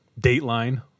Dateline